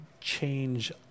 change